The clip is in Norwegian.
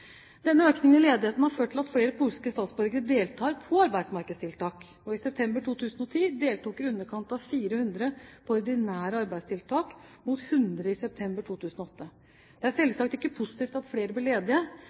Denne økningen i ledigheten har ført til at flere polske statsborgere deltar på arbeidsmarkedstiltak. I september 2010 deltok i underkant av 400 på ordinære arbeidsmarkedstiltak mot 100 i september 2008. Det er selvsagt ikke positivt at flere blir ledige,